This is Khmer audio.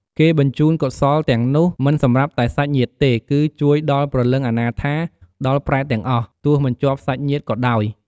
គេបញ្ជូនកុសលទាំងនោះមិនសម្រាប់តែសាច់ញាតិទេ គឺជួយដល់ព្រលឹងអនាថា ដល់ប្រេតទាំងអស់ ទោះមិនជាប់សាច់ញាតិក៏ដោយ។